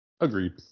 Agreed